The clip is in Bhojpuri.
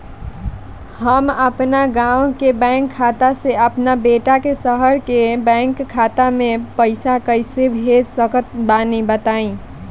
हम अपना गाँव के बैंक खाता से अपना बेटा के शहर के बैंक खाता मे पैसा कैसे भेज सकत बानी?